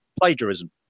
Plagiarism